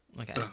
Okay